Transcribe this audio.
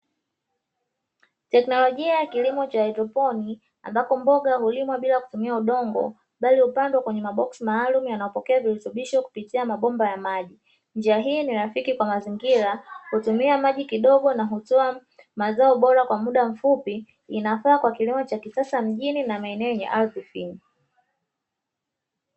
Teknolojia ya kilimo cha haidroponi ambako mboga hulimwa bila kutumia udongo bali hupandwa kwenye maboksi maalumu yanayopokea virutubisho kupitia mabomba ya maji, njia hii ni rafiki kwa mazingira hutumia maji kidogo na hutoa mazao bora kwa muda mfupi inafaa kwa kilimo cha kisasa mjini na maeneo yenye ardhi finyu.